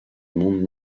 monde